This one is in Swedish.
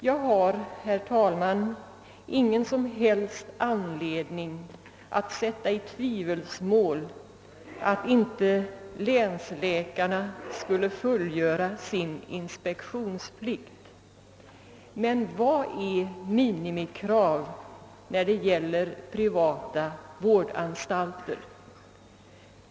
Jag har, herr talman, ingen som helst anledning att sätta i tvivelsmål att länsläkarna inte skulle fullgöra sin inspektionsplikt. Men vad är minimikrav när det gäller privata vårdanstalter?